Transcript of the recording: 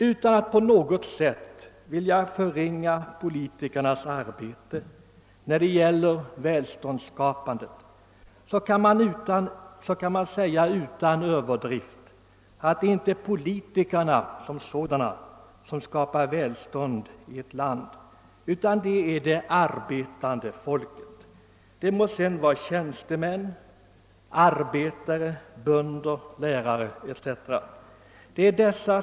Utan att på något sätt vilja förringa politikernas arbete för att skapa välstånd kan man utan överdrift säga att det inte är dessa utan det arbetande folket — tjänstemän, arbetare, bönder, lärare etc.